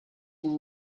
ihm